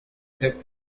pick